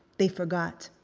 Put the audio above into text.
they forgot.